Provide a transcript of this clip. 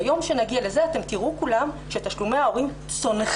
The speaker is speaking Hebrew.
ביום שנגיע לזה אתם תראו כולם שתשלומי ההורים צונחים.